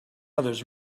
others